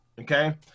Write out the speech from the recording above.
Okay